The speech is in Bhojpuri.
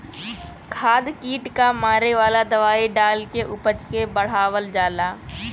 खाद कीट क मारे वाला दवाई डाल के उपज के बढ़ावल जाला